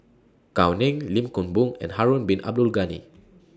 Gao Ning Lim Kim Boon and Harun Bin Abdul Ghani